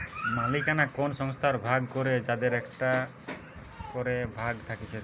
মালিকানা কোন সংস্থার ভাগ করে যাদের একটো করে ভাগ থাকতিছে